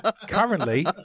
Currently